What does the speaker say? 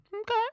Okay